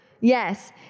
Yes